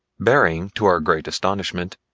bearing to our great astonishment,